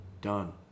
done